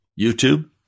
YouTube